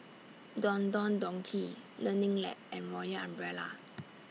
Don Don Donki Learning Lab and Royal Umbrella